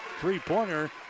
three-pointer